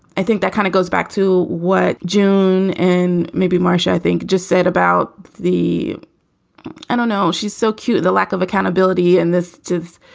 i think that kind of goes back to, what, june and maybe marcia, i think just said about the i don't know. she's so cute. the lack of accountability in this, too.